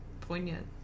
poignant